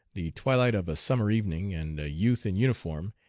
the twilight of a summer evening, and a youth in uniform,